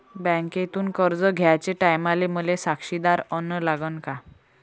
बँकेतून कर्ज घ्याचे टायमाले मले साक्षीदार अन लागन का?